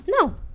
no